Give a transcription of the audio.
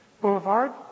Boulevard